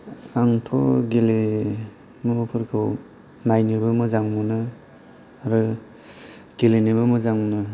आंथ' गेलेमुफोरखौ नायनोबो मोजां मोनो आरो गेलेनोबो मोजां मोनो